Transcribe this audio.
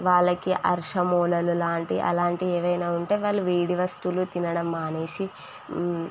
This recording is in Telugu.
వాళ్ళకి అర్ష మొలలు లాంటి అలాంటియి ఏవైనా ఉంటే వాళ్ళు వేడి వస్తువులు తినడం మానేసి